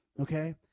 okay